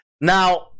Now